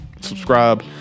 Subscribe